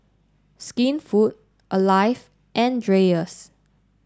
Skinfood Alive and Dreyers